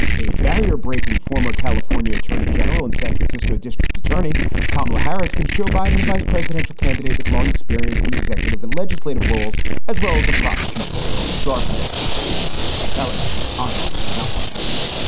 a barrier breaking former california attorney general and san francisco district attorney kamala harris gives joe biden, the vice presidential candidate, with long experience in executive and legislative roles, as well as a prosecutorial sharpness that was online. not one headline.